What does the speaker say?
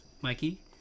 Mikey